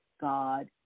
God